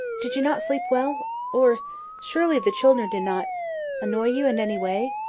did you not sleep well or surely the children did not annoy you in any way?